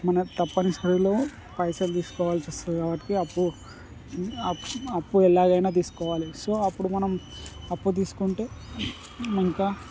మన తప్పనిసరిలో పైసలు తీసుకోవాల్సి వస్తుంది కాబట్టి అప్పు అ అప్పు ఎలాగైనా తీసుకోవాలి సో అప్పుడు మనం అప్పు తీసుకుంటే ఇంకా